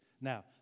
Now